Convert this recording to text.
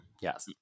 Yes